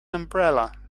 umbrella